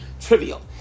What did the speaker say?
trivial